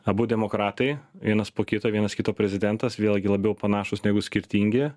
abu demokratai vienas po kito vienas kito prezidentas vėlgi labiau panašūs negu skirtingi